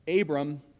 Abram